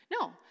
No